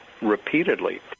repeatedly